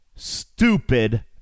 stupid